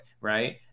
right